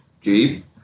Jeep